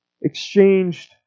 exchanged